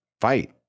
Fight